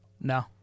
no